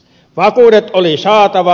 vakuudet oli saatava